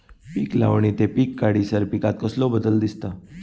पीक लावणी ते पीक काढीसर पिकांत कसलो बदल दिसता?